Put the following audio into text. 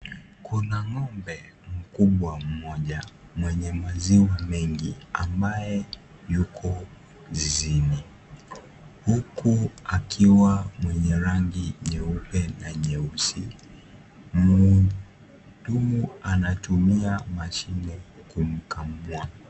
Kuna ngombe mkubwa mmoja mwenye maziwa mengi ambaye yuko zizini huku akiwa mwenye rangi nyeupe na nyeusi, mhudumu anatumia mashine kumkamua.